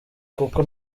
kuko